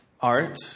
art